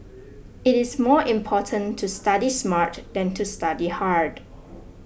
it is more important to study smart than to study hard